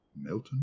Milton